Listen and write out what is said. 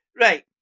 Right